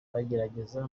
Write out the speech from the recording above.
bagerageza